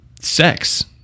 sex